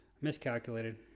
miscalculated